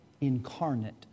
incarnate